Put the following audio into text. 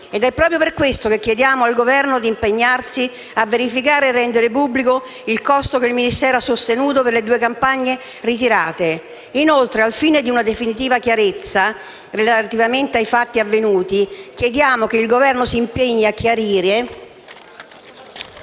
Ed è proprio per questo che chiediamo al Governo di impegnarsi a verificare e rendere pubblico il costo che il Ministero ha sostenuto per le due campagne ritirate. Inoltre, al fine di una definitiva chiarezza relativamente ai fatti avvenuti, chiediamo che il Governo si impegni a chiarire